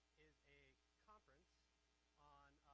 is a conference on,